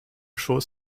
schoß